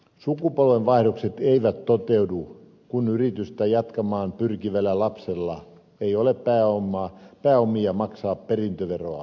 sukupolvenvaihdokset eivät toteudu kun yritystä jatkamaan pyrkivällä lapsella ei ole pääomia maksaa perintöveroa